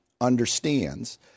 understands